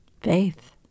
faith